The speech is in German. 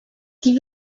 die